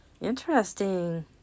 interesting